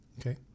Okay